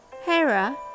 Hera